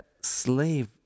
slave